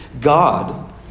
God